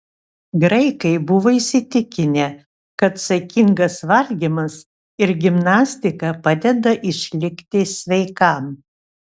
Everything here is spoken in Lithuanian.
graikai buvo įsitikinę kad saikingas valgymas ir gimnastika padeda išlikti sveikam